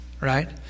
right